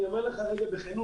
אני אומר לך רגע בכנות,